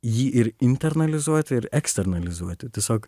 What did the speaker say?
jį ir internalizuoti ir eksternalizuoti tiesiog